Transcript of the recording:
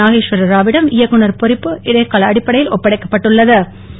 நாகேஷ்வர ராவிடம் இயக்குனர் பொறுப்பு இடைக்கால அடிப்படையில் ஒப்படைக்கப்பட்டுள்ள து